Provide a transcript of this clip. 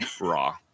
raw